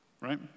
right